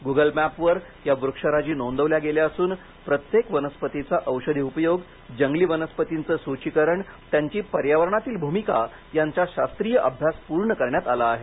Google मॅपवर या वृक्षराजी नोंदवल्या गेल्या असून प्रत्येक वनस्पतीचा औषधी उपयोग जंगली वनस्पतींचे सूचीकरण त्यांची पर्यावरणातील भूमिका यांचा शास्त्रीय अभ्यास पूर्ण करण्यात आला आहे